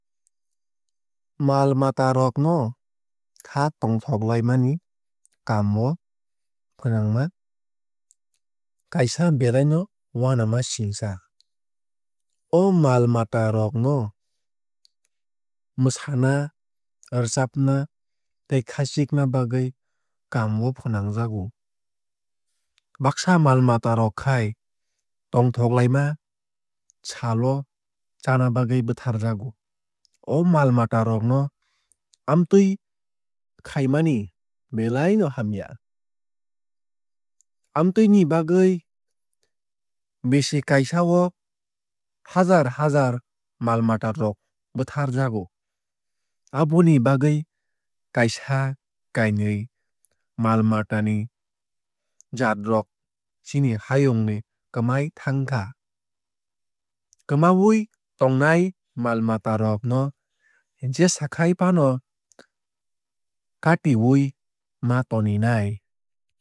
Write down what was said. Mal mata rok no kha tongthoklaimani kaam o fwnangma kaisa belai no uanamasingsa. O mal mata rok no mwsana rwchabna tei khachikna bagwui kaam o fwnangjago. Baksa mal mata rok khai tongthoklaima sal o chana bagwui bwtharjago. O mal mata rok no amtwui khaimani belai no hamya. Amtwui ni bagwui bisi kaisa o haazaar haazaar mal mata rok bwtharjago. Aboni bagwui kaisa kainui mal mata ni jaat rok chini hayung ni kwmawui thangkha. Kwmawui tongnai mal mata rok no jesakhai faano khatiwui ma toninai.